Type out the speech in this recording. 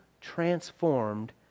transformed